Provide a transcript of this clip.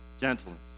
Gentleness